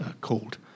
called